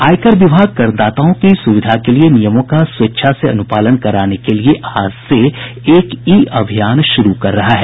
आयकर विभाग करदाताओं की सुविधा के लिए नियमों का स्वेच्छा से अनुपालन कराने के लिए आज से एक ई अभियान शुरू कर रहा है